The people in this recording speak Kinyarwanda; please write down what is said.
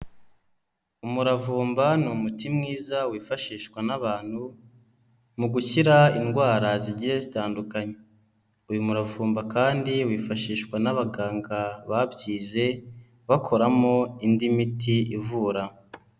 Umuravumba ni umuti mwiza wifashishwa n'abantu mu gukira indwara zigiye zitandukanye, uyu muravumba kandi wifashishwa n'abaganga babyize bakoramo indi miti ivura.